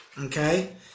Okay